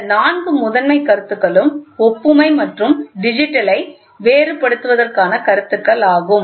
இந்த நான்கு முதன்மை கருத்துக்களும் ஒப்புமை மற்றும் டிஜிட்டலை வேறுபடுத்துவதற்கான கருத்துக்கள் ஆகும்